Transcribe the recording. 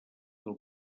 del